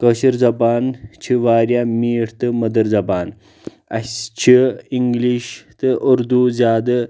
کٲشِر زبان چھِ واریاہ میٖٹھۍ تہٕ مٔدٕر زبان اَسہِ چھِ اِنگلِش تہٕ اُردوٗ زیادٕ